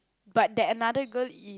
but that another girl is